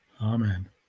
Amen